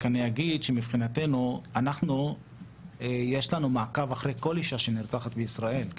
רק אני אגיד שמבחינתנו אנחנו יש לנו מעקב אחרי כל אישה שנרצחת בישראל.